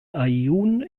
aaiún